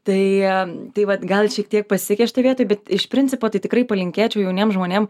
tai tai vat gal šiek tiek pasisekė šitoj vietoj bet iš principo tai tikrai palinkėčiau jauniem žmonėm